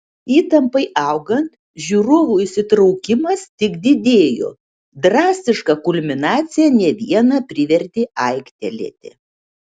įtampai augant žiūrovų įsitraukimas tik didėjo drastiška kulminacija ne vieną privertė aiktelėti